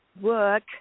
work